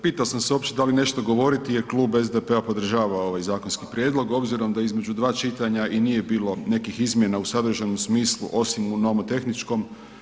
Pitao sam se uopće da li nešto govoriti jer Klub SDP-a podržava ovaj zakonski prijedlog obzirom da između dva čitanja i nije bilo nekih izmjena u sadržajnom smislu osim u nomotehničkom.